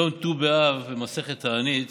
יום ט"ו באב הוצג במסכת תענית